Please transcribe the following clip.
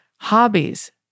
Hobbies